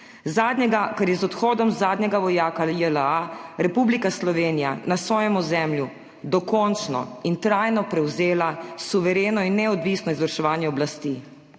Zadnjega, ker je z odhodom zadnjega vojaka JLA Republika Slovenija na svojem ozemlju dokončno in trajno prevzela suvereno in neodvisno izvrševanje oblasti,